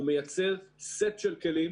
הוא מייצר סט של כלים